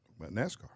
NASCAR